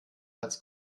als